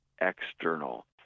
external